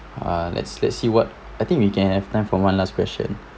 ah let's let's see what I think we can have time for one last question